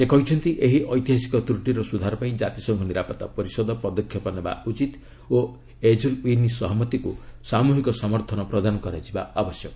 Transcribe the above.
ସେ କହିଛନ୍ତି ଏହି ଐତିହାସିକ ତ୍ରଟିର ସୁଧାର ପାଇଁ ଜାତିସଂଘ ନିରାପତ୍ତା ପରିଷଦ ପଦକ୍ଷେପ ନେବା ଉଚିତ ଓ ଏକୁଲ୍ୱିନି ସହମତିକୁ ସାମୃହିକ ସମର୍ଥନ ପ୍ରଦାନ କରାଯିବା ଆବଶ୍ୟକ